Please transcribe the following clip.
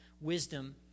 wisdom